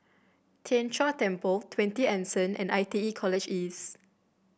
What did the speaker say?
Tien Chor Temple Twenty Anson and I T E College East